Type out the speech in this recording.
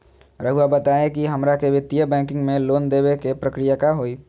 रहुआ बताएं कि हमरा के वित्तीय बैंकिंग में लोन दे बे के प्रक्रिया का होई?